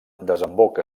desemboca